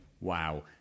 Wow